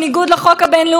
שמענו את זה ממך,